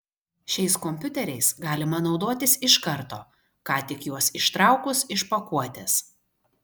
šiais kompiuteriais galima naudotis iš karto ką tik juos ištraukus iš pakuotės